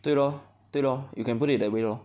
对 lor 对 lor you can put it that way lor